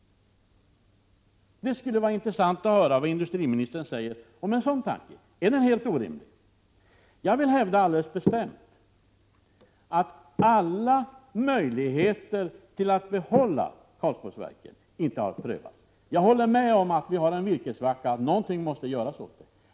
Det skulle vara intressant att höra vad industriministern säger om en sådan tanke. Är den 41 helt orimlig? Jag vill mycket bestämt hävda att alla möjligheter att behålla Karlsborgsverken inte har prövats. Jag håller med om att vi har en virkessvacka och att någonting måste göras åt den.